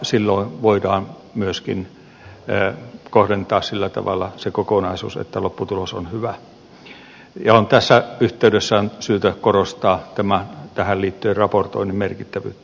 silloin voidaan myöskin kohdentaa sillä tavalla se kokonaisuus että lopputulos on hyvä ja on tässä yhteydessä syytä korostaa tähän liittyen raportoinnin merkittävyyttä